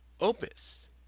opus